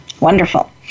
Wonderful